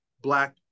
Black